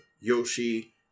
Yoshi